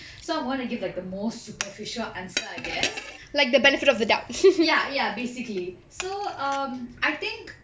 so I want to give like the most superficial answer I guess ya ya basically so um I think